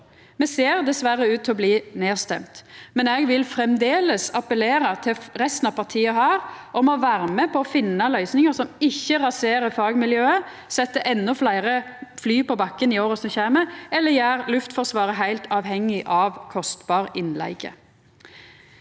Me ser diverre ut til å bli stemde ned, men eg vil framleis appellera til resten av partia her om å vera med på å finna løysingar som ikkje raserer fagmiljøet, set endå fleire fly på bakken i åra som kjem, eller gjer Luftforsvaret heilt avhengig av kostbar innleige.